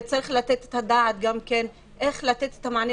וצריך לתת את הדעת גם איך לתת את המענה